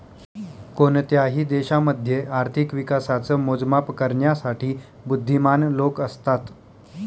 कोणत्याही देशामध्ये आर्थिक विकासाच मोजमाप करण्यासाठी बुध्दीमान लोक असतात